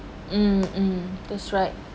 mm mm that's right